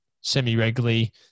semi-regularly